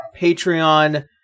Patreon